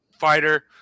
fighter